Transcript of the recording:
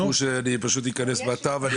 ואז תספרו שאני פשוט אכנס לאתר ואני